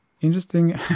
Interesting